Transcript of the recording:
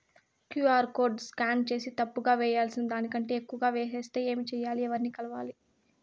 QR code scan సేసి తప్పు గా వేయాల్సిన దానికంటే ఎక్కువగా వేసెస్తే ఏమి సెయ్యాలి? ఎవర్ని కలవాలి?